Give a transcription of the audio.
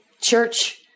church